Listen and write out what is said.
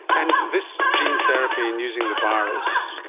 and this gene therapy and using the virus,